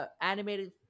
animated